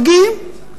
מגיעים,